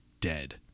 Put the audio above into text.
dead